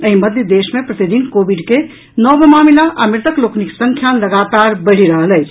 एहि मध्य देश मे प्रति दिन कोविड के नव मामिला आ मृतक लोकनिक संख्या लगातार बढ़ि रहल अछि